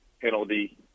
penalty